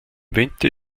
winter